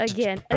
Again